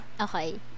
Okay